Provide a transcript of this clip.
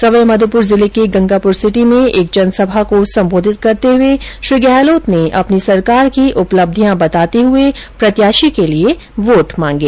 सवाई माधोपुर जिले के गंगापुर सिटी में एक जनसभा को संबोधित करते हुये श्री गहलोत ने अपनी सरकार की उपलब्धियां बताते हुये प्रत्याशी के लिये वोट मांगे